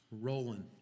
Rolling